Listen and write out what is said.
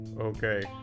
Okay